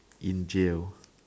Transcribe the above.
in jail